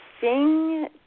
sing